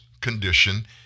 condition